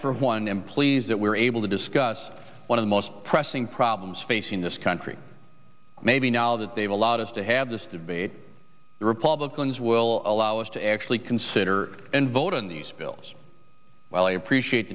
for one am pleased that we were able to discuss one of the most pressing problems facing this country maybe now that they've allowed us to have this debate the republicans will allow us to actually consider and vote on these bills while i appreciate